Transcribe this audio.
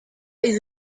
est